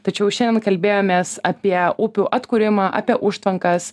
tačiau šiandien kalbėjomės apie upių atkūrimą apie užtvankas